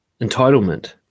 Entitlement